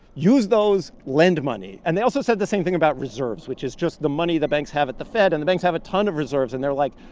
use those, lend money. and they also said the same thing about reserves, which is just the money the banks have at the fed. and the banks have a ton of reserves. and they're like,